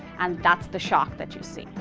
and that's the shock that you see.